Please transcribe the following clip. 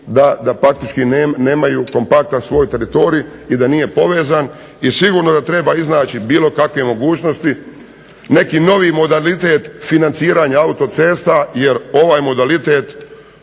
da praktički nemaju kompaktan svoj teritorij i da nije povezan. I sigurno da treba iznaći bilo kakve mogućnosti. Neki novi modalitet financiranja autocesta jer ovaj modalitet